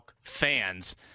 fans